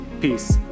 Peace